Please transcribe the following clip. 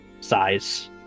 size